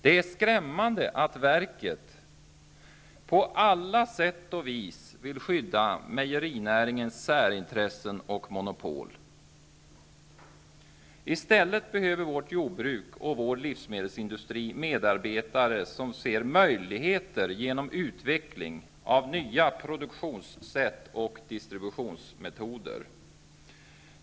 Det är skrämmande att verket på alla sätt vill skydda mejerinäringens särintressen och monopol. I stället behöver vårt jordbruk och vår livsmedelsindustri medarbetare som ser möjligheter i en utveckling av nya produktionssätt och distributionsmetoder.